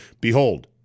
Behold